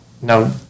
Now